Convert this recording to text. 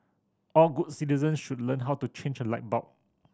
all good citizens should learn how to change a light bulb